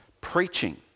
preaching